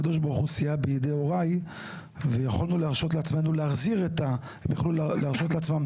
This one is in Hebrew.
הקב"ה סייע בידי הוריי והם יכלו להרשות לעצמם